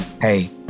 hey